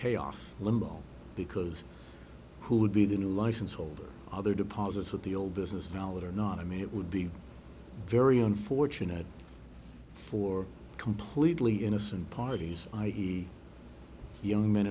chaos limbo because who would be the new license holder other deposits with the old business valid or not i mean it would be very unfortunate for completely innocent parties like the young men